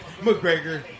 McGregor